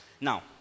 Now